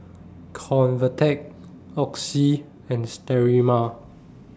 Convatec Oxy and Sterimar